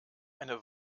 eine